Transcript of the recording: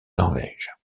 norvège